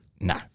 No